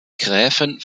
gräfin